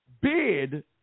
bid